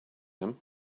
him